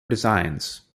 designs